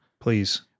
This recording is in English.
please